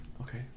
Okay